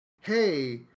hey